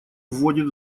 вводит